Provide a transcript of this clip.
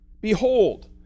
Behold